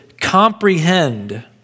comprehend